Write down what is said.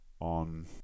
on